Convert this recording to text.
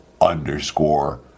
underscore